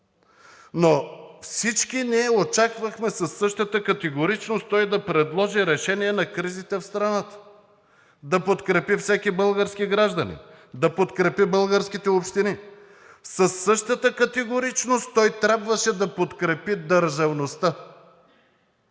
Но всички ние очаквахме със същата категоричност той да предложи решение на кризите в страната, да подкрепи всеки български гражданин, да подкрепи българските общини. Със същата категоричност той трябваше да подкрепи държавността.